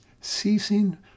ceasing